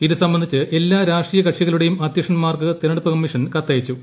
ഇത് സംബന്ധിച്ച് എല്ലാ രാഷ്ട്രീയ കക്ഷികളുടെയും അദ്ധ്യക്ഷന്മാർക്ക് തെരഞ്ഞെടുപ്പ് കമ്മീഷൻ കത്തയച്ചു